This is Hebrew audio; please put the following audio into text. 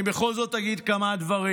אני בכל זאת אגיד כמה דברים.